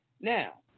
now